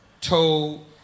told